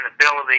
ability